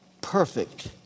perfect